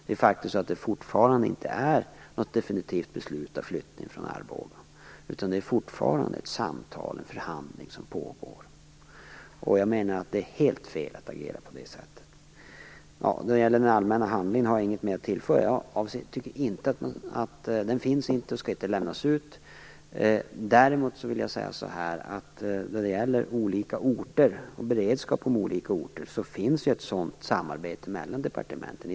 Det är faktiskt fortfarande inte något definitivt beslut om flyttning från Arboga, utan det pågår fortfarande ett samtal, en förhandling. Jag menar att det är helt fel att agera på det sättet. När det gäller den allmänna handlingen har jag inget mer att tillföra. Den finns inte och skall inte lämnas ut. Däremot vill jag säga att när det gäller beredskapen på olika orter finns det ett sådant samarbete mellan departementen.